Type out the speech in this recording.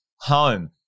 home